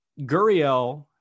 Guriel